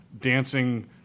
dancing